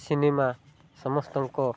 cinema ସମସ୍ତଙ୍କ